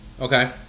okay